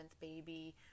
baby